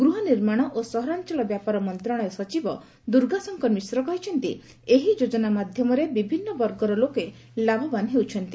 ଗୃହ ନିର୍ମାଣ ଓ ସହରାଞ୍ଚଳ ବ୍ୟାପାର ମନ୍ତ୍ରଣାଳୟ ସଚିବ ଦୁର୍ଗାଶଙ୍କର ମିଶ୍ର କହିଛନ୍ତି ଏହି ଯୋଜନା ମାଧ୍ୟମରେ ବିଭିନ୍ନ ବର୍ଗର ଲୋକେ ଲାଭବାନ ହେଉଛନ୍ତି